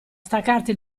staccarti